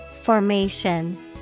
Formation